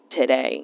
today